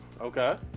Okay